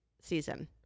season